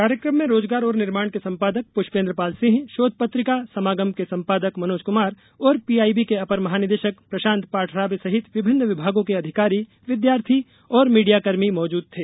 कार्यक्रम में रोजगार और निर्माण के संपादक पुष्पेन्द्र पाल सिंह शोध पत्रिका समागम के संपादक मनोज कमार और पीआईबी के अपर महानिदेशक प्रशान्त पाठराबे सहित विभिन्न विभागों के अधिकारी विद्यार्थी और मीडियाकर्मी मौजूद थे